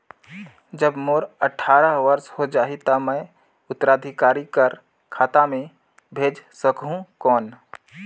जब मोर अट्ठारह वर्ष हो जाहि ता मैं उत्तराधिकारी कर खाता मे भेज सकहुं कौन?